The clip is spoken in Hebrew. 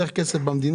כמה